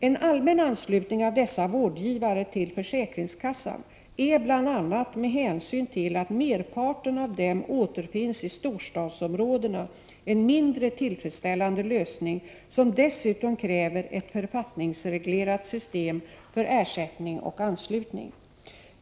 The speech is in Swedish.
En allmän anslutning av dessa vårdgivare till försäkringskassan är bl.a. med hänsyn till att merparten av dem återfinns i storstadsområdena en mindre tillfredsställande lösning, som dessutom kräver ett författningsreglerat system för ersättning och anslutning.